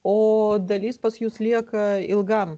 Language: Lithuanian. o dalis pas jus lieka ilgam